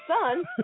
son